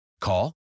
Call